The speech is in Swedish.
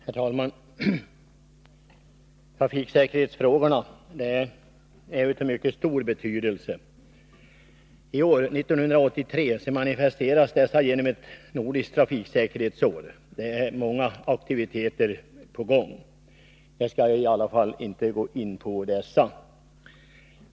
Herr talman! Trafiksäkerhetsfrågorna är av mycket stor betydelse. Detta manifesteras genom att vi i år har ett nordiskt trafiksäkerhetsår med många aktiviteter. Jag skall emellertid inte närmare gå in på detta.